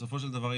בסופו של דבר,